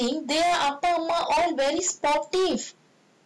I think their appa amma amma all very supportive